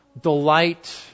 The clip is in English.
delight